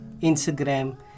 Instagram